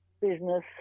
business